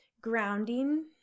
grounding